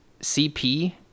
CP